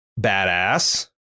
Badass